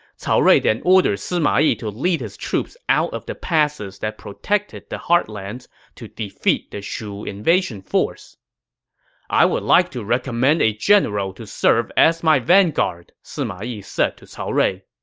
cao rui then ordered sima yi to lead his troops out of the passes that protected the heartlands to defeat the shu invasion force i would like to recommend a general to serve as my vanguard, sima yi said to cao rui